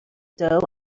dough